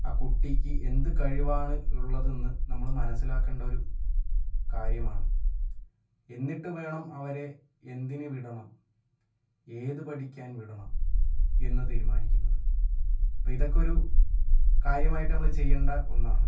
ആ കുട്ടിക്ക് എന്ത് കഴിവാണ് ഉള്ളത് എന്ന് നമ്മള് മനസ്സിലാക്കണ്ടൊരു കാര്യമാണ് എന്നിട്ട് വേണം അവരെ എന്തിന് വിടണം ഏത് പഠിക്കാൻ വിടണം എന്ന് തീരുമാനിക്കുന്നത് അപ്പം ഇതൊക്കെയൊരു കാര്യമായിട്ട് നമ്മള് ചെയ്യണ്ട ഒന്നാണ്